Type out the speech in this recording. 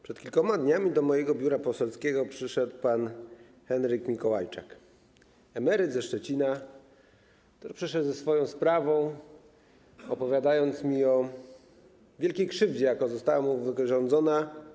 Przed kilkoma dniami do mojego biura poselskiego przyszedł pan Henryk Mikołajczak, emeryt ze Szczecina, który przyszedł ze swoją sprawą, opowiadając mi o wielkiej krzywdzie, jaka została mu wyrządzona.